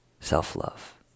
self-love